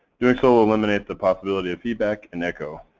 doing so will eliminate the possibility of feedback and echo.